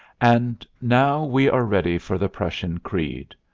and now we are ready for the prussian creed.